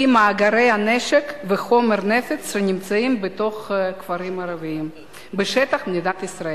מאגרי הנשק וחומרי נפץ שנמצאים בתוך כפרים ערביים בשטח מדינת ישראל.